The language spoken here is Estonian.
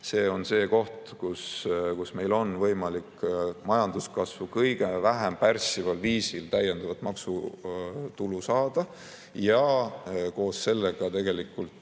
See on see koht, kus meil on võimalik majanduskasvu kõige vähem pärssival viisil täiendavat maksutulu saada ja koos sellega saavutada